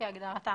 כהגדרתה